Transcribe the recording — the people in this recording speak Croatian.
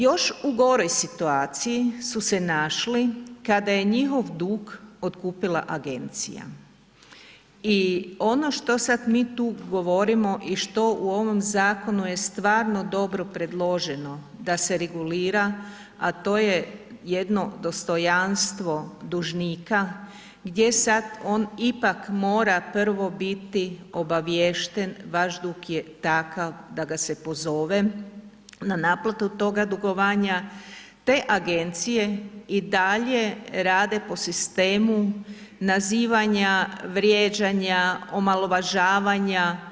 Još u goroj situaciji su se našli kada je njihov dug otkupila agencija i ono što sad mi tu govorimo i što u ovom zakonu je stvarno dobro predloženo da se regulira, a to je jedno dostojanstvo dužnika gdje sad on ipak mora prvo biti obaviješten, vaš dug je takav da ga se pozove na naplatu toga dugovanja te agencije i dalje po sistemu nazivanja, vrijeđanja, omalovažavanja.